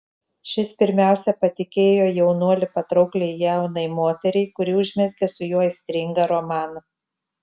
šis pirmiausia patikėjo jaunuolį patraukliai jaunai moteriai kuri užmezgė su juo aistringą romaną